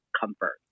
comfort